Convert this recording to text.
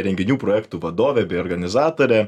renginių projektų vadove bei organizatore